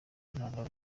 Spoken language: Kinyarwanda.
ntandaro